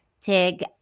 Tig